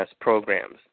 programs